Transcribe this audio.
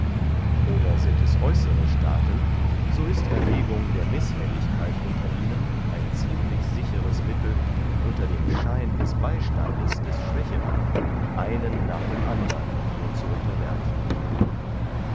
oder sind es äußere staaten so ist erregung der mishelligkeit unter ihnen ein ziemlich sicheres mittel unter dem schein des beystandes des schwächeren einen nach dem andern dir zu unterwerfen